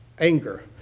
anger